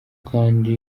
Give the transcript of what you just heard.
kandi